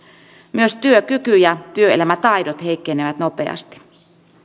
myös työkyky ja työelämätaidot heikkenevät nopeasti